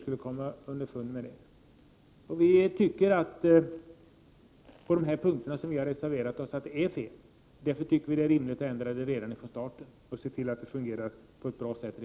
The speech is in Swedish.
Enligt vår åsikt är det fel på de punkter där vi har reserverat oss, och därför vill vi ha en ändring redan från början så att det hela fungerar.